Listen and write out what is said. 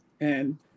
and-